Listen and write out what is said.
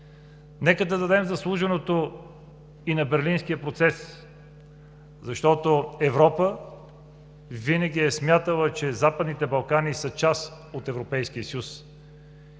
Нека да дадем заслуженото и на Берлинския процес, защото Европа винаги е смятала, че Западните Балкани са част от Европейския съюз.